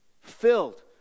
filled